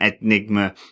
Enigma